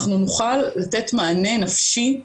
אנחנו נוכל לתת מענה נפשי,